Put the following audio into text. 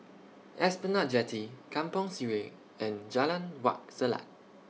Esplanade Jetty Kampong Sireh and Jalan Wak Selat